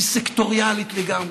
היא סקטוריאלית לגמרי.